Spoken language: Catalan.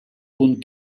punt